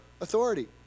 authority